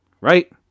Right